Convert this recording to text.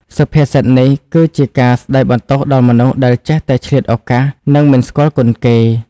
សុភាសិតនេះគឺជាការស្ដីបន្ទោសដល់មនុស្សដែលចេះតែឆ្លៀតឱកាស និងមិនស្គាល់គុណគេ។